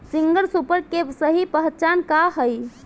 Single super के सही पहचान का हई?